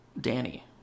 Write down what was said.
Danny